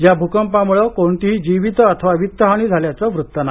या भूकंपामूळं कोणतीही जीवित अथवा वित्त हानी झाल्याचं वृत्त नाही